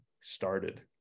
started